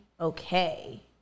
okay